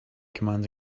commands